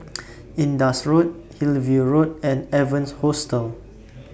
Indus Road Hillview Road and Evans Hostel